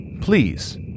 Please